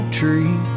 tree